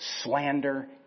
slander